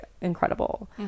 incredible